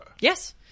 Yes